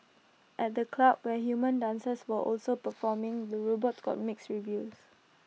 at the club where human dancers were also performing the robots got mixed reviews